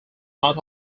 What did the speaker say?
not